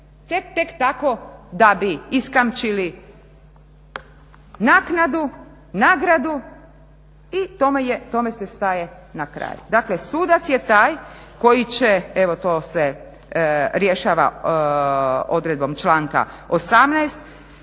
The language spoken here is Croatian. tek tako da bi iskamčili naknadu, nagradu i tome se staje na kraj. Dakle, sudac je taj koji će, evo to se rješava odredbom članka 18.